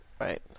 Right